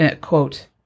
quote